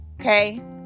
Okay